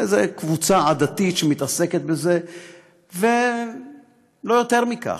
של איזו קבוצה עדתית שמתעסקת בזה ולא יותר מכך.